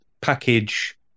package